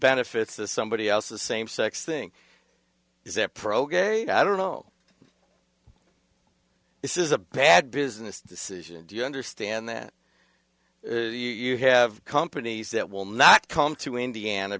benefits to somebody else the same sex thing is it pro gay i don't know this is a bad business decision do you understand that you have companies that will not come to indiana